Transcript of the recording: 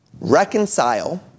reconcile